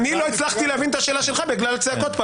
לא הצלחתי להבין את השאלה שלך בגלל הצעקות כאן.